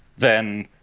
then,